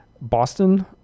Boston